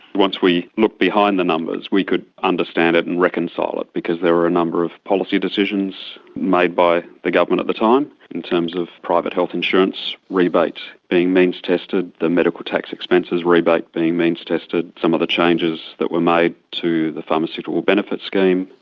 once we look behind the numbers we could understand it and reconcile it because there are a number of policy decisions made by the government at the time in terms of private health insurance, rebates being means tested, the medical tax expenses rebate being means tested, some of the changes that were made to the pharmaceutical benefits scheme,